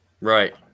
Right